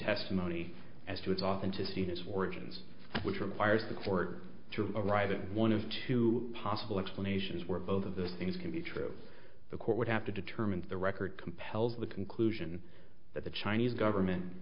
testimony as to its authenticity his words which requires the court to arrive at one of two possible explanations were both of those things can be true the court would have to determine the record compels the conclusion that the chinese government